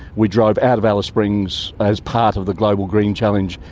we drove out of alice springs as part of the global green challenge,